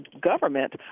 government